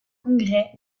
congrès